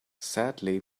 sadly